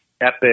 Epic